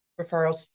referrals